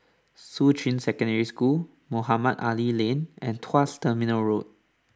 Shuqun Secondary School Mohamed Ali Lane and Tuas Terminal Road